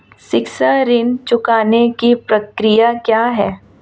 शिक्षा ऋण चुकाने की प्रक्रिया क्या है?